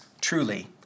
truly